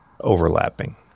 overlapping